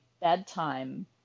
bedtime